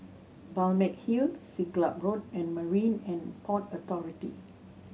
Balmeg Hill Siglap Road and Marine And Port Authority